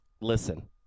Listen